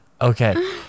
Okay